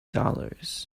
dollars